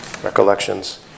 recollections